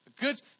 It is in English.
Good